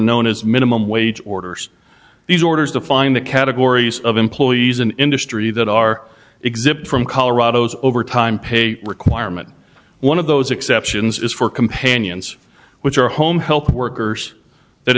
known as minimum wage orders these orders define the categories of employees an industry that are exempt from colorado's overtime pay requirement one of those exceptions is for companions which are home health workers that